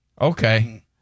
Okay